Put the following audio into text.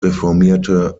reformierte